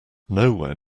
nowhere